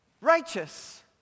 righteous